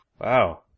wow